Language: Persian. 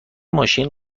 ماشین